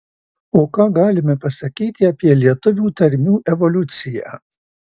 o ką galime pasakyti apie lietuvių tarmių evoliuciją